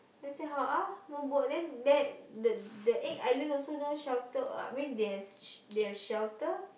I say how uh no boat then then the the egg island also no shelter uh I mean they has they have shelter